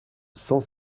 cent